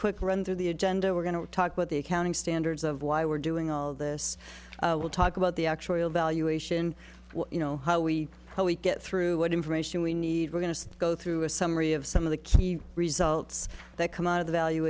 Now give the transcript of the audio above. quick run through the agenda we're going to talk with the accounting standards of why we're doing all this we'll talk about the actuarial valuation you know how we get through what information we need we're going to go through a summary of some of the key results that come out of the valu